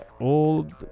old